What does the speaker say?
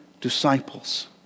disciples